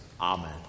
Amen